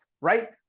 right